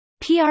PR